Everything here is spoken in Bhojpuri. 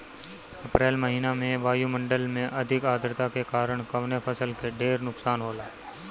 अप्रैल महिना में वायु मंडल में अधिक आद्रता के कारण कवने फसल क ढेर नुकसान होला?